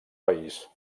país